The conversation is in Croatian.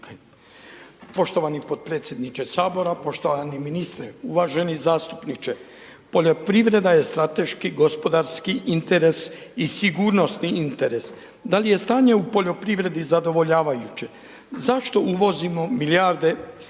Poštovani potpredsjedniče Sabora, poštovani ministre uvaženi zastupniče. Poljoprivreda je strateški gospodarski interes i sigurnosni interes, da li je stanje u poljoprivredi zadovoljavajuće? Zašto uvozimo milijarde